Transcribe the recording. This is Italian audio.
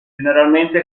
generalmente